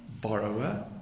borrower